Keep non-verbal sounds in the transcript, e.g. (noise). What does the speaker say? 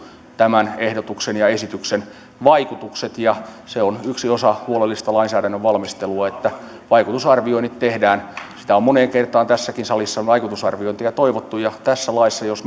(unintelligible) tämän ehdotuksen ja esityksen vaikutukset se on yksi osa huolellista lainsäädännön valmistelua että vaikutusarvioinnit tehdään vaikutusarviointeja on moneen kertaan tässäkin salissa toivottu ja tässä laissa jos (unintelligible)